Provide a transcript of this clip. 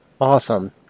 Awesome